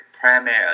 primary